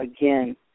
Again